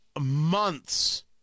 months